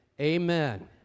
Amen